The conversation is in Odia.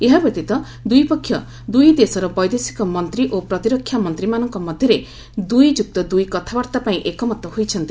ଏହାବ୍ୟତୀତ ଦୂଇ ପକ୍ଷ ଦୂଇ ଦେଶର ବୈଦେଶିକ ମନ୍ତ୍ରୀ ଓ ପ୍ରତିରକ୍ଷା ମନ୍ତ୍ରୀମାନଙ୍କ ମଧ୍ୟରେ ଦୁଇ ଯୁକ୍ତ ଦୁଇ କଥାବାର୍ତ୍ତା ପାଇଁ ଏକମତ ହୋଇଛନ୍ତି